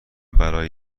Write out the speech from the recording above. برای